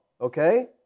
okay